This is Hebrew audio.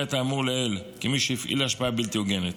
את האמור לעיל כמי שהפעיל השפעה בלתי הוגנת.